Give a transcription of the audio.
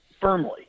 firmly